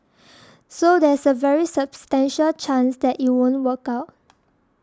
so there's a very substantial chance that it won't work out